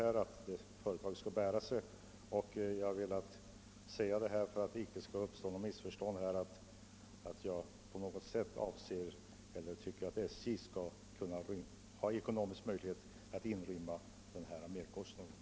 Man kan naturligtvis tänka sig någon liknande konstruktion för att kompensera SJ för inkomstbortfallet, om man vill införa lägre fraktavgifter för det norrländska näringslivet.